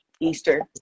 Easter